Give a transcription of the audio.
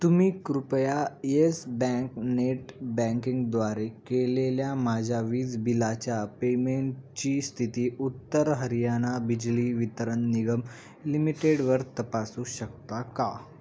तुम्ही कृपया Yes Bank net banking द्वारे केलेल्या माझ्या वीज बिलाच्या पेमेंटची स्थिती उत्तर हरियाणा बिजली वितरण निगम लिमिटेडवर तपासू शकता का